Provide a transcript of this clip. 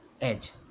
Edge